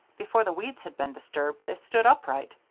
before the weeds had been disturbed they stood upright,